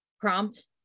prompt